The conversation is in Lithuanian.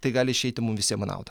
tai gali išeiti mum visiems į naudą